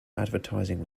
advertising